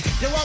yo